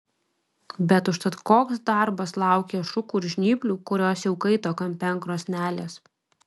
bet užtat koks darbas laukė šukų ir žnyplių kurios jau kaito kampe ant krosnelės